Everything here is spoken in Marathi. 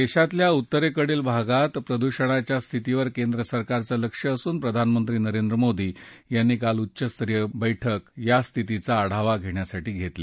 देशातल्या उत्तरेकडील भागात प्रदुषणाच्या स्थितीवर केंद्र सरकारचं लक्ष असून प्रधानमंत्री नरेंद्र मोदी यांनी काल उच्चस्तरीय बैठक्त या स्थितीचा आढावा घेतला